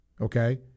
Okay